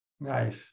Nice